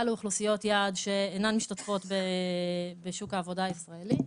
לאוכלוסיות יעד שאינן משתתפות בשוק העבודה הישראלי.